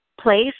place